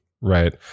Right